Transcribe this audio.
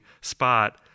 spot